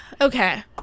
Okay